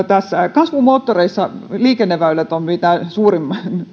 kasvun moottoreissa liikenneväylät ovat mitä suurin